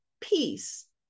peace